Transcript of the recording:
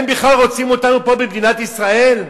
הם בכלל רוצים אותנו פה, במדינת ישראל?